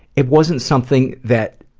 it wasn't something that